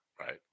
right